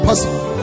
Possible